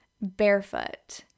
barefoot